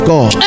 God